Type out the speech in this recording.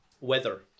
Weather